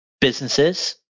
businesses